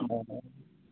ओ